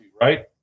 right